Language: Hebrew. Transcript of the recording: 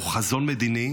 היה לו חזון מדיני,